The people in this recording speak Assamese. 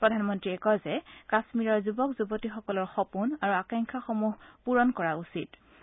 প্ৰধানমন্ত্ৰীয়ে কয় যে কাশ্মীৰৰ যুৱক যুৱতীসকলৰ সপোন আৰু আকাংখ্যা সমূহ পুৰণ কৰা হ'ব